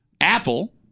Apple